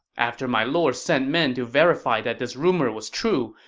after my lord sent men to verify that this rumor was true,